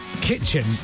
kitchen